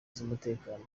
z’umutekano